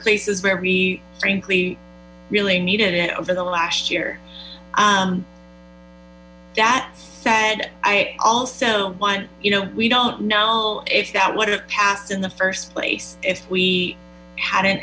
places where we frankly really needed it over the last year that said i also want we don't know if that would have passed in the first place if we hadn't